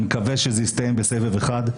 אני מקווה שזה יסתיים בסבב אחד,